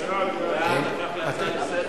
את הנושא לוועדת החינוך,